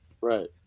Right